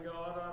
God